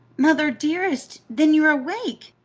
mother, dearest then you're awake!